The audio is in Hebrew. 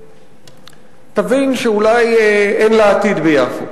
ותבין שאולי אין לה עתיד ביפו.